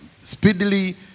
speedily